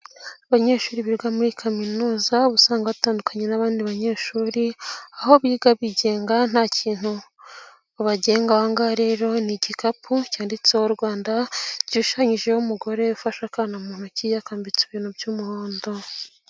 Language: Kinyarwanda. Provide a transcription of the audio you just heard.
Abanyeshuri biga muri kaminuza uba usanga batandukanye n'abandi banyeshuri, aho biga bigenga nta kintu babagenga, aha ngaha rero ni igikapu cyanditseho Rwanda, gishushanyijeho umugore, ufashe akana mu ntoki yakambitse ibintu by'umuhondo.